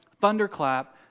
thunderclap